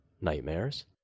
nightmares